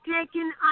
taking